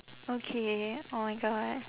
okay oh my god